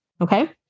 Okay